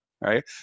Right